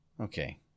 Okay